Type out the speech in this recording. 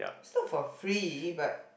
its not for free but